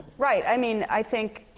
right. i mean, i think